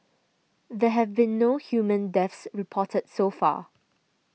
there have been no human deaths reported so far